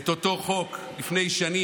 ארצות הברית את אותו חוק לפני שנים,